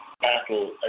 battle